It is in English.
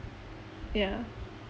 ya